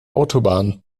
autobahn